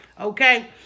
okay